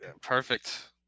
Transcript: Perfect